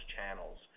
channels